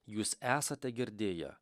jūs esate girdėję